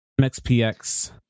MXPX